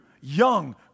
young